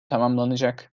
tamamlanacak